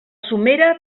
somera